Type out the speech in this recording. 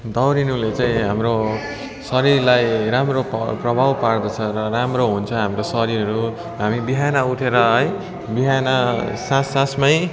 दौडिनुले चाहिँ हाम्रो शरीरलाई राम्रो पर् प्रभाव पर्दछ र राम्रो हुन्छ हाम्रो शरीरहरू हामी बिहान उठेर है बिहान साँझ साँझमै